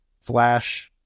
Flash